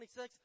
26